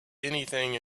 anything